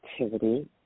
activity